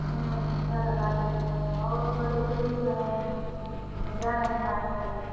इतने महंगा लगा रही हो और बगीचे दूर हैं मैं जा नहीं पाएंगे